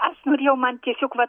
aš norėjau man tiesiog va